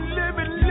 living